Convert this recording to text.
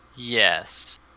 Yes